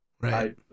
Right